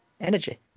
energy